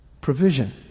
Provision